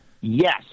Yes